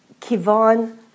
Kivon